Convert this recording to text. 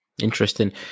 Interesting